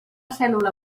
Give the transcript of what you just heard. cèl·lula